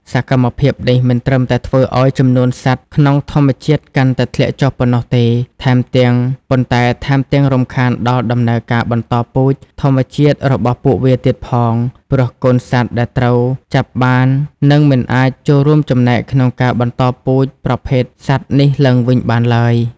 សកម្មភាពនេះមិនត្រឹមតែធ្វើឲ្យ ចំនួនសត្វក្នុងធម្មជាតិកាន់តែធ្លាក់ចុះប៉ុណ្ណោះទេ ប៉ុន្តែថែមទាំងរំខានដល់ដំណើរការបន្តពូជ ធម្មជាតិរបស់ពួកវាទៀតផង ព្រោះកូនសត្វដែលត្រូវចាប់បាននឹងមិនអាចចូលរួមចំណែកក្នុងការបន្តពូជប្រភេទសត្វនេះឡើងវិញបានឡើយ។